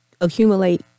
accumulate